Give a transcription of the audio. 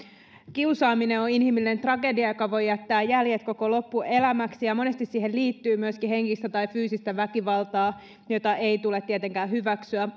kiusaaminen on inhimillinen tragedia joka voi jättää jäljet koko loppuelämäksi ja monesti siihen liittyy myöskin henkistä tai fyysistä väkivaltaa jota ei tule tietenkään hyväksyä